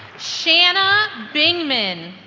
shanna bingman